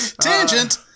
tangent